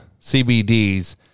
CBDs